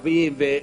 וכו'.